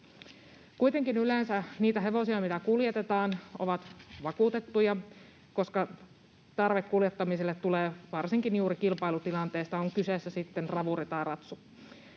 Kuitenkin yleensä ne hevoset, mitä kuljetetaan, ovat vakuutettuja, koska tarve kuljettamiselle tulee varsinkin juuri kilpailutilanteesta, on kyseessä sitten ravuri tai ratsu.